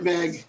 Meg